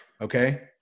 Okay